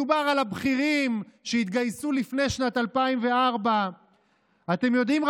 מדובר על הבכירים שהתגייסו לפני שנת 2004. אתם יודעים,